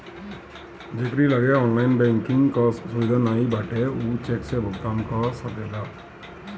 जेकरी लगे online banking कअ सुविधा नाइ बाटे उ चेक से भुगतान कअ सकेला